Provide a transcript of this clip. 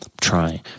Trying